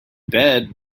bed